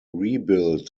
rebuilt